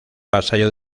vasallo